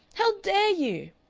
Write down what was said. how dare you!